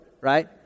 right